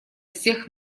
всех